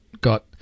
got